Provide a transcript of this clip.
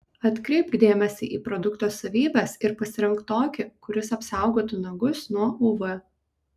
atkreipk dėmesį į produkto savybes ir pasirink tokį kuris apsaugotų nagus nuo uv